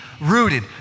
rooted